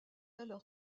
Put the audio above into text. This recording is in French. alors